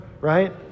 right